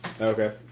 Okay